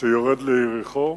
שיורד אל יריחו.